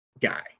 guy